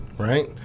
Right